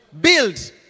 build